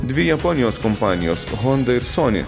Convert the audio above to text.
dvi japonijos kompanijos honda ir sony